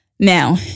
Now